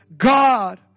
God